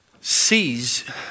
sees